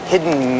hidden